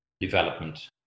development